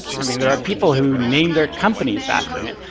i mean, there are people who name their companies after him.